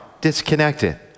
disconnected